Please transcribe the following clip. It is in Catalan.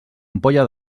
ampolla